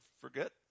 forget